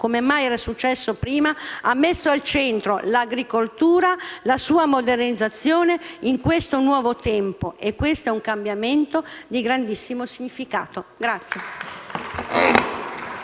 come mai era successo prima, ha messo al centro l'agricoltura e la sua modernizzazione in questo nuovo tempo, e questo è un cambiamento di grandissimo significato.